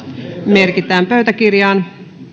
merkitään pöytäkirjaan